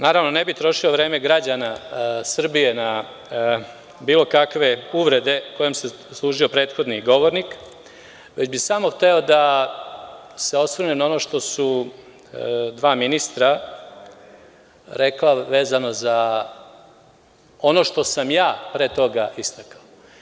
Naravno, ne bih trošio vreme građana Srbije na bilo kakve uvrede kojima se služio prethodni govornik, već bih samo hteo da se osvrnem na ono što su dva ministra rekla vezano za ono što sam ja pre toga istakao.